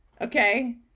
okay